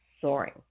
soaring